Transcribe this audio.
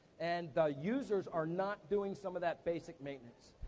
and the users are not doing some of that basic maintenance,